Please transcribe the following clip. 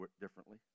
differently